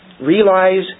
Realize